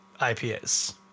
IPAs